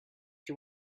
you